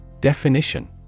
Definition